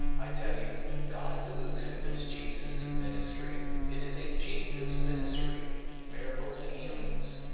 i tell you god moves through this jesus ministry. it is a jesus ministry miracles and healings,